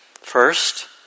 first